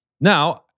Now